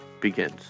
begins